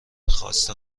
خواست